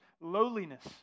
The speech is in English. lowliness